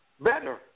better